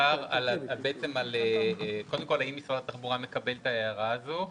קודם כול, האם משרד התחבורה מקבל את ההערה הזו?